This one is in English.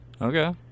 Okay